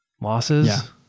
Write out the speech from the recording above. losses